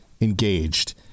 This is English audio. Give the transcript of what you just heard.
engaged